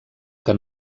que